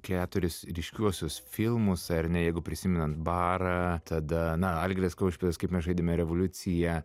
keturis ryškiuosius filmus ar ne jeigu prisimenant barą tada na algirdas kaušpėdas kaip mes žaidėme revoliuciją